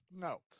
No